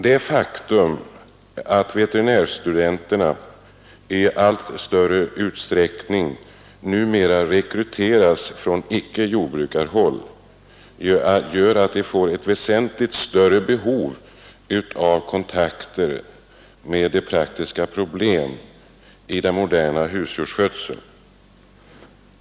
Det faktum att de veterinärmedicine studerande i allt större utsträckning rekryteras från icke-jordbrukarhåll gör att de får ett väsentligt större behov av kontakt med de praktiska problemen i modern husdjursskötsel.